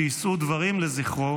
שיישאו דברים לזכרו,